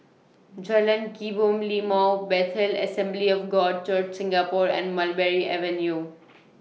Jalan Kebun Limau Bethel Assembly of God Church Singapore and Mulberry Avenue